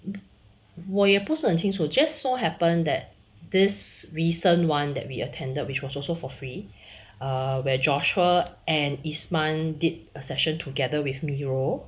我也不是很清楚 just so happen that this recent one that we attended which was also for free err where joshua and isman did a session together with miro